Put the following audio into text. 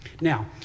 Now